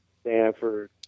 Stanford